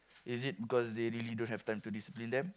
is it because they really don't have time to discipline them